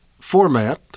format